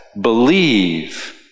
believe